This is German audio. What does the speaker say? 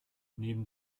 neben